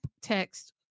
text